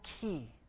key